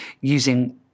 using